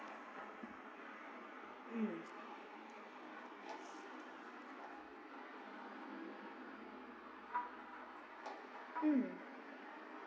mm mm